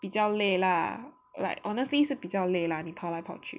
比较累 lah like honestly 是比较累 lah 你跑来跑去